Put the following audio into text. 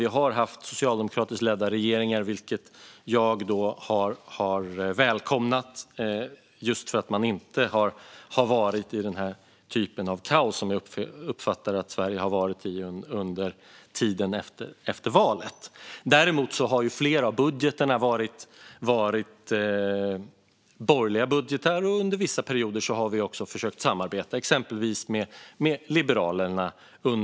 Vi har haft socialdemokratiskt ledda regeringar, vilket jag har välkomnat just för att man inte har varit i den typ av kaos som jag uppfattar att Sverige har varit i under tiden efter valet. Däremot har flera av budgeterna varit borgerliga budgetar. Under vissa perioder har vi också försökt att samarbeta, exempelvis med Liberalerna.